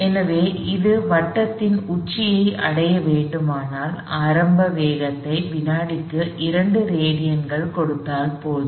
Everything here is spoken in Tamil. எனவே அது வட்டத்தின் உச்சியை அடைய வேண்டுமானால் ஆரம்ப வேகத்தை வினாடிக்கு 2 ரேடியன்கள் கொடுத்தால் போதும்